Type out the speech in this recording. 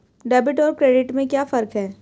Debit और credit में क्या फर्क है?